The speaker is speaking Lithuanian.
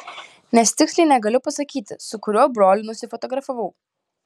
nes tiksliai negaliu pasakyti su kuriuo broliu nusifotografavau